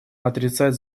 отрицать